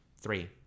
three